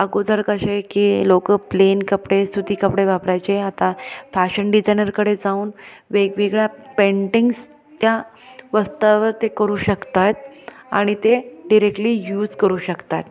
अगोदर कसे आहे की लोकं प्लेन कपडे सुती कपडे वापरायचे आता फॅशन डिझायनरकडे जाऊन वेगवेगळ्या पेंटिंग्स त्या वस्त्रांवर ते करू शकत आहेत आणि ते डिरेक्टली यूज करू शकतात